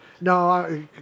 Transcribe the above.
No